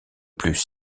plus